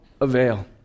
avail